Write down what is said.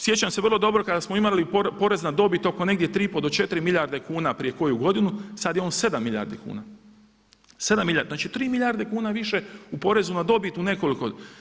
Sjećam se vrlo dobro kada smo imali porez na dobit oko negdje 3,5 do 4 milijarde kuna prije koju godinu, sada je on 7 milijardi kuna, 7 milijardi, znači 3 milijarde kuna više u porezu na dobit u nekoliko.